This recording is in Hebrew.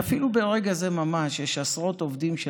שאפילו ברגע זה ממש יש עשרות עובדים של